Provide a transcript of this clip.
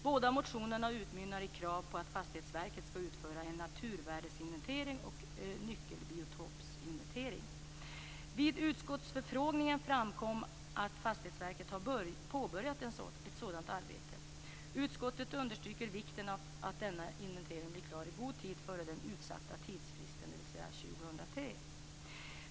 Båda motionerna utmynnar i krav på att Fastighetsverket skall utföra en naturvärdesinventering och nyckelbiotopsinventering. Vid utskottsutfrågningen framkom att Fastighetsverket har påbörjat ett sådant arbete. Utskottet understryker vikten av att denna inventering blir klar i god tid före den utsatta tidsfristen, dvs. 2003.